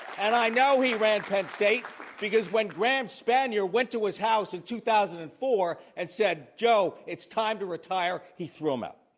and i know he ran penn state because when graham spanier went to his house in two thousand and four and said, joe, it's time to retire, he threw him out.